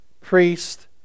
priest